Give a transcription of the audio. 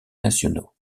nationaux